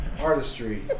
artistry